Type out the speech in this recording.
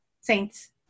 saints